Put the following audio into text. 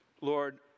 Lord